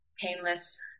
painless